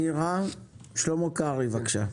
שלמה קרעי, בבקשה.